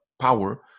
power